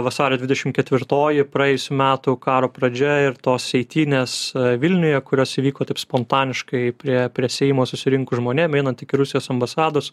vasario dvidešimt ketvirtoji praėjusių metų karo pradžia ir tos eitynės vilniuje kurios įvyko taip spontaniškai prie prie seimo susirinkus žmonėm einant iki rusijos ambasados